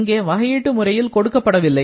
இங்கே வகையீட்டு முறையில் கொடுக்கப்படவில்லை